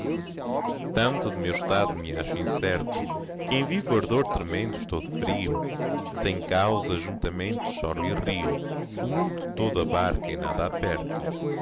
tanto de meu estado me acho incerto que em vivo ardor tremendo estou de frio sem causa juntamente choro e rio o mundo todo abarco e nada aperto